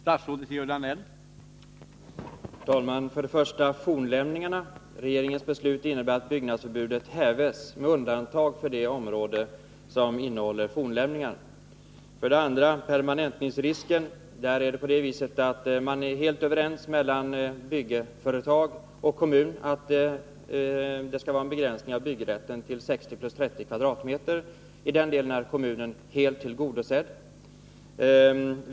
Herr talman! För det första innebär regeringens beslut att byggnadsförbudet hävs med undantag för det område som innehåller fornlämningar. För det andra är byggföretag och kommun när det gäller permanentningsrisken helt överens om att det skall vara en begränsning av byggrätten till 60 + 30 kvadratmeter. I den delen är kommunens intressen helt tillgodosedda.